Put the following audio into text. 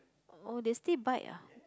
oh they still bite ah